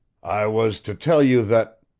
i was to tell you that